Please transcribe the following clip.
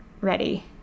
ready